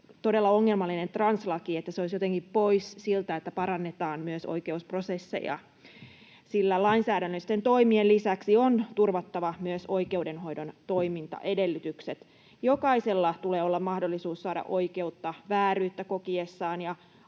ongelmallinen translaki, niin se olisi jotenkin pois siitä, että parannetaan myös oikeusprosesseja, sillä lainsäädännöllisten toimien lisäksi on turvattava myös oikeudenhoidon toimintaedellytykset. Jokaisella tulee olla mahdollisuus saada oikeutta vääryyttä kokiessaan ja